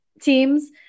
teams